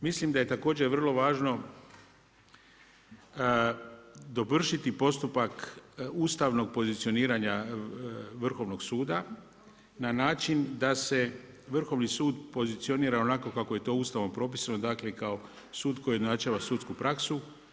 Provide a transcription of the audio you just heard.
Mislim da je također vrlo važno dovršiti postupak ustavnog pozicioniranja Vrhovnog suda na način da se Vrhovni sud pozicionira onako kako je to Ustavom propisano, dakle kao sud koji označava sudsku praksu.